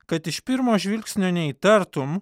kad iš pirmo žvilgsnio neįtartum